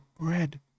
bread